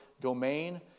domain